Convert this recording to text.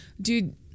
dude